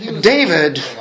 David